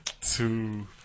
two